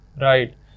Right